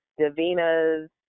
Davina's